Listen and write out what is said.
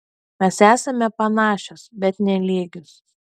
mes esame panašios bet ne lygios